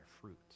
fruit